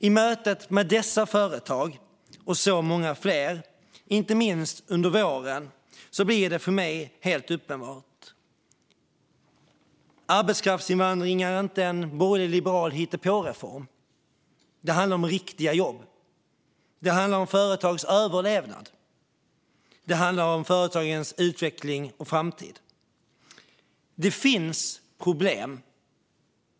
I mötet med dessa företag, och så många fler, inte minst under våren, har det för mig blivit helt uppenbart att arbetskraftsinvandring inte är en borgerlig liberal hittepåreform utan att det handlar om riktiga jobb. Det handlar om företags överlevnad. Det handlar om företagens utveckling och framtid. Det finns problem.